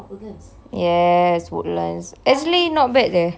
yes actually not bad leh